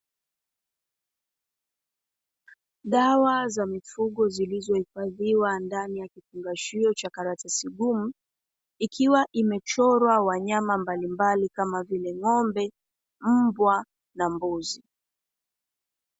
Dawa za mifugo zilizohifadhiwa ndani ya vifungashio cha karatasi kubwa, ikiwa imechorwa wanyama mbalimbali kama vile: ng'ombe, mbwa na mbuzi.